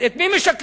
את מי משקרים?